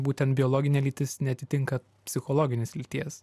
būtent biologinė lytis neatitinka psichologinės lyties